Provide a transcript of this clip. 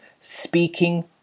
speaking